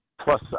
Plus